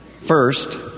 First